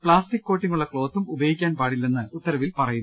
plastic coating ഉള്ള ക്ലോത്തും ഉപയോഗിക്കാൻ പാടില്ലെന്ന് ഉത്തരവിൽ പറയുന്നു